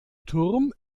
turm